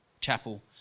Chapel